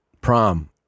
prom